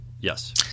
Yes